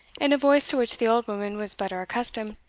in a voice to which the old woman was better accustomed,